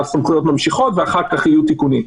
שהסמכויות ממשיכות ואחר כך יהיו תיקונים.